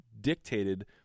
dictated